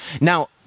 Now